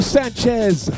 Sanchez